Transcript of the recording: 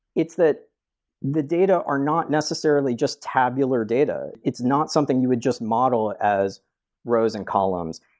it's that the data are not necessarily just tabular data. it's not something you would just model as rows and columns.